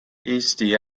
eesti